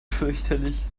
fürchterlich